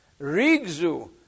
Rigzu